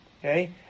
okay